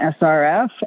SRF